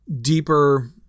deeper